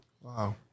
Wow